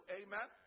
amen